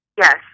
Yes